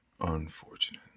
unfortunate